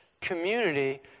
community